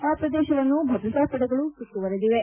ಆ ಪ್ರದೇಶವನ್ನು ಭದ್ರತಾಪಡೆಗಳು ಸುತ್ತುವರಿದಿವೆ